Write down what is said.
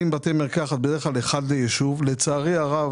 לצערי הרב,